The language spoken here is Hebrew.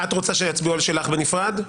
את רוצה שיצביעו על שלך בנפרד,